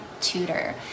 tutor